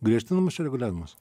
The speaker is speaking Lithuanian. griežtinamas čia reguliavimas